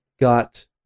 got